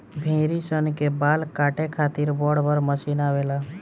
भेड़ी सन के बाल काटे खातिर बड़ बड़ मशीन आवेला